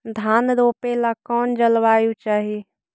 धान रोप ला कौन जलवायु चाही?